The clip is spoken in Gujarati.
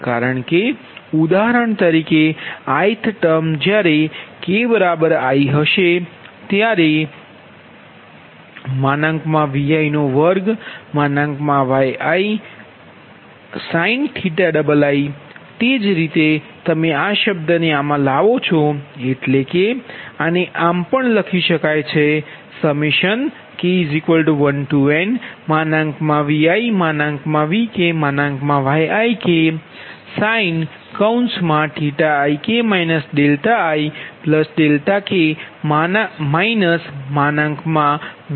કારણકે ઉદાહરણ તરીકે આઈથ ટર્મ જ્યારે k i હશે ત્યારે Vi2yiisin⁡ તેથી જ તમે આ શબ્દને આમાં લાવો છો એટલે કે આને આમ પણ પણ લખી શકાય છે k1nViVkYiksin⁡ik ik Vi2Yiisin⁡